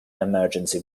emergency